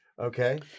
Okay